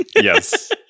Yes